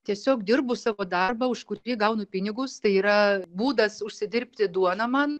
tiesiog dirbu savo darbą už kurį gaunu pinigus tai yra būdas užsidirbti duoną man